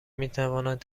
میتوانند